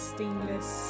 Stainless